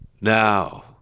Now